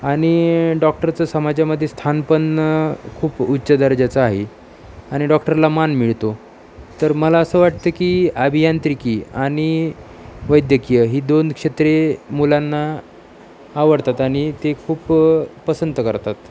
आणि डॉक्टरचं समाजामध्ये स्थान पण खूप उच्च दर्जाचं आहे आणि डॉक्टरला मान मिळतो तर मला असं वाटतं की अभियांत्रिकी आणि वैद्यकीय ही दोन क्षेत्रे मुलांना आवडतात आणि ते खूप पसंत करतात